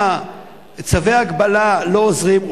ולמה צווי ההגבלה לא עוזרים,